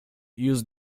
used